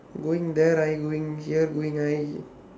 going there going here going